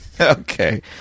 Okay